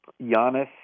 Giannis